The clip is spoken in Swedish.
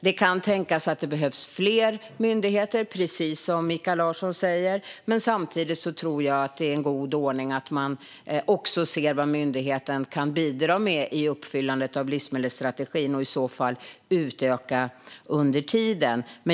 Det kan tänkas att det behövs fler myndigheter, precis som Mikael Larsson säger. Men samtidigt tror jag att det är en god ordning att man ser vad myndigheten kan bidra med i uppfyllandet av livsmedelsstrategin och att man i så fall utökar under tiden.